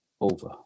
over